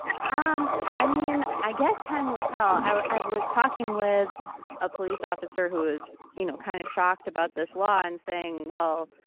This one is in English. ah um i mean, i guess time will tell. i i was talking with a police officer who is, you know, kind of shocked about this law and saying, well,